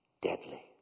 deadly